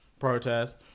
protest